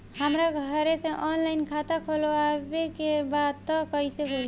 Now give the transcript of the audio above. हमरा घरे से ऑनलाइन खाता खोलवावे के बा त कइसे खुली?